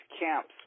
camps